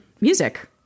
music